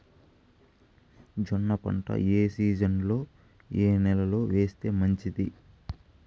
జొన్న పంట ఏ సీజన్లో, ఏ నెల లో వేస్తే మంచిది?